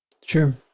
sure